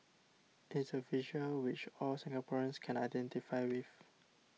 it's a visual which all Singaporeans can identify with